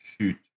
shoot